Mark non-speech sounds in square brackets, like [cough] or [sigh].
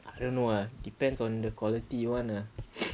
I don't know ah depends on the quality [one] ah [noise]